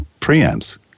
preamps